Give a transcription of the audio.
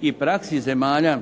i praksi zemalja